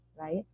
right